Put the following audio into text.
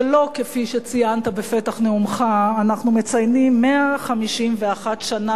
שלא כפי שציינת בפתח נאומך, אנחנו מציינים 151 שנה